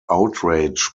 outrage